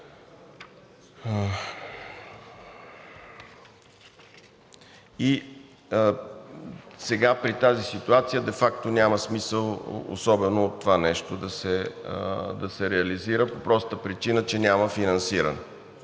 При тази ситуация де факто няма смисъл, особено това нещо, да се реализира по простата причина, че няма финансиране.